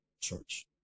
church